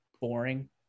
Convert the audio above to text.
boring